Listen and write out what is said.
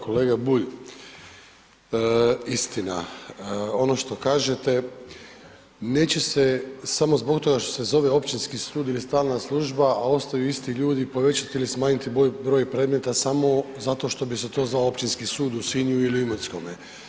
Kolega Bulj, istina, ono što kažete neće se samo zbog toga što se zove općinski sud ili stalna služba a ostaju isti ljudi povećati ili smanjiti broj predmeta samo zato što bi se to zvao općinski sud u Sinju ili Imotskome.